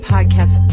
Podcast